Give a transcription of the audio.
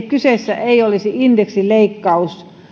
kyseessä ei olisi indeksileikkaus